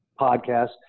podcast